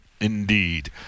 indeed